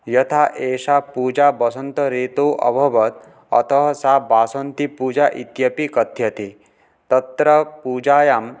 यथा एषा पूजा वसन्त ऋतौ अभवत् अतः सा वासन्तीपूजा इत्यपि कथ्यते तत्र पूजायाम्